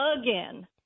again